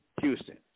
Houston